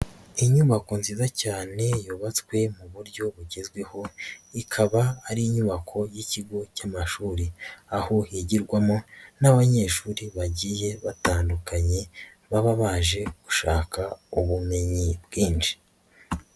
Inyubako nziza cyane yubatswe mu buryo bugezweho, ikaba ari inyubako y'ikigo cy'amashuri. Aho yigirwamo n'abanyeshuri bagiye batandukanye, baba baje gushaka ubumenyi bwinshi.